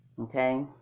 Okay